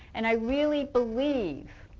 and i really believe